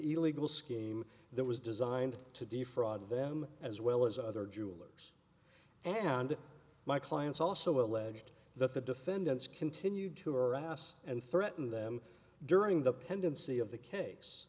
illegal scheme that was designed to defraud them as well as other jewelers and my clients also alleged that the defendants continued to harass and threaten them during the pendency of the ca